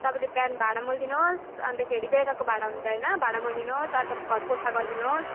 तपाईँले बिहान भाँडा मोलिदिनुहोस् अन्तखेरि बेलुकाको भाँडा हुन्छ होइन भाँडा मोलिदिनुहोस् अन्त घर पोछा गरिदिनुहोस्